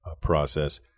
process